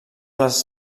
les